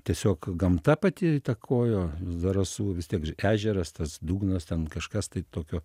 tiesiog gamta pati įtakojo zarasų vis tiek ežeras tas dugnas ten kažkas tai tokio